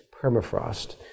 permafrost